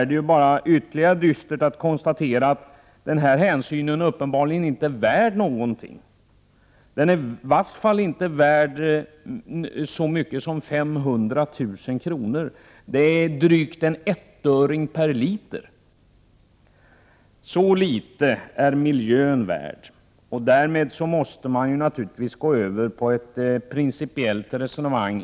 Det är bara ännu dystrare att sedan konstatera att den hänsyn som försvarsministern talar om uppenbarligen inte är värd någonting; den är i varje fall inte värd så mycket som 500 000 kr. Det är drygt en ettöring per liter. Så litet är miljön värd! Därmed måste jag naturligtvis gå över till att föra ett principiellt resonemang.